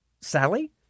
Sally